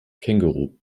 känguru